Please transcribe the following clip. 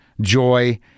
joy